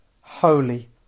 holy